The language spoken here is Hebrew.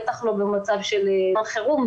בטח לא במצב חירום,